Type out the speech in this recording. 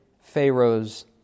Pharaoh's